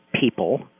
people